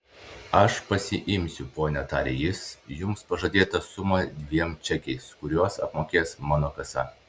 aš pasiimsiu ponia tarė jis jums pažadėtą sumą dviem čekiais kuriuos apmokės mano kasa